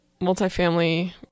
multifamily